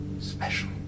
special